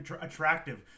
attractive